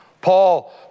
Paul